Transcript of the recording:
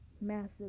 massive